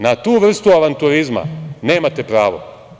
Na tu vrstu avanturizma nemate pravo.